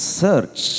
search